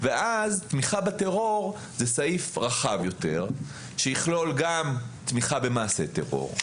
ואז תמיכה בטרור זה סעיף רחב יותר שיכלול גם תמיכה במעשה טרור,